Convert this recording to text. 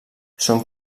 són